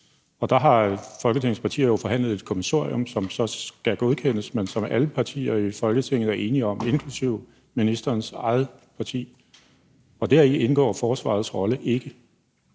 og der har Folketingets partier jo forhandlet et kommissorium, som så skal godkendes, men som alle partier i Folketinget er enige om inklusive ministerens eget parti, og deri indgår forsvarets rolle ikke.